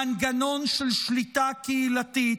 מנגנון של שליטה קהילתית.